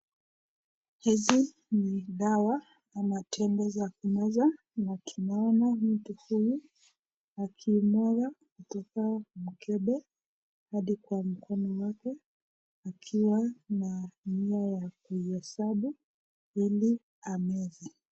Hizi ni dawa ama tembe za kumeza na tunaona mtu huyu akimwaga kutoka kwa mkebe hadi kwa mkono wake akiwa na nia ya kuihesabu ili ameze.